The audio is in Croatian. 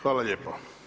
Hvala lijepo.